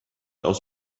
aus